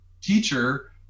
teacher